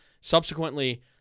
Subsequently